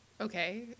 Okay